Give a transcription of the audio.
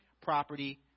property